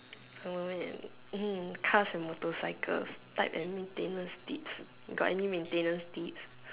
oh man hmm cars and motorcycles type and maintenance tips got any maintenance tips